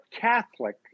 Catholic